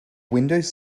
windows